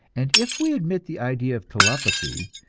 and if we admit the idea of telepathy,